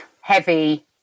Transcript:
heavy